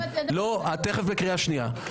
את תכף בקריאה שנייה.